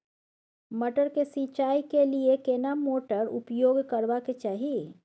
मटर के सिंचाई के लिये केना मोटर उपयोग करबा के चाही?